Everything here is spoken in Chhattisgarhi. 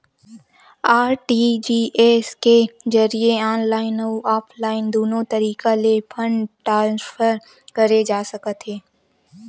आर.टी.जी.एस के जरिए ऑनलाईन अउ ऑफलाइन दुनो तरीका ले फंड ट्रांसफर करे जा सकथे